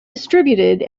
distributed